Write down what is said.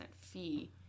fee